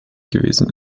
gewesen